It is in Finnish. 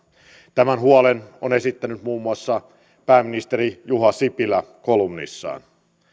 tämän huolen on esittänyt muun muassa pääministeri juha sipilä kolumnissaan